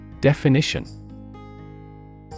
Definition